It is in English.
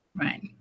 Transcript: Right